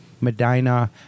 Medina